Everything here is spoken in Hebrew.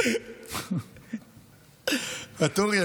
ואטורי,